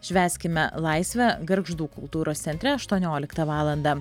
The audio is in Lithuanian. švęskime laisvę gargždų kultūros centre aštuonioliktą valandą